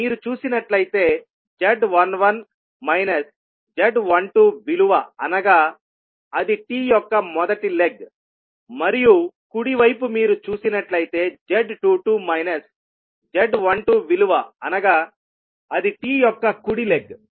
మీరు చూసినట్లయితే z11 minus z12విలువ అనగా అది T యొక్క మొదటి లెగ్ మరియు కుడి వైపు మీరు చూసినట్లయితే z22 మైనస్ z12 విలువ అనగా అది T యొక్క కుడి లెగ్